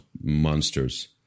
monsters